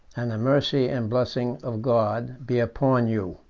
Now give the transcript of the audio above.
and the mercy and blessing of god, be upon you.